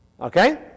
Okay